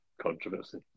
controversy